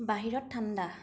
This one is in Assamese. বাহিৰত ঠাণ্ডা